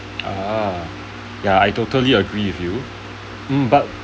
ah ya I totally agree with you um but